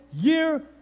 year